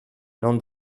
non